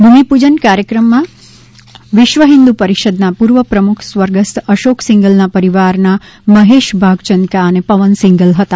ભૂમિપૂજન કાર્યક્રમમાં વિશ્વ હિન્દુ પરિષદના પૂર્વ પ્રમુખ સ્વ અશોક સિંઘલના પરિવારના મહેશ ભાગચંદ્કા અને પવન સિંઘલ હતા